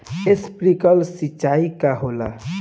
Sprinkler सिंचाई का होला?